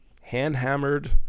hand-hammered